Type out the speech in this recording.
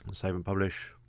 save and publish.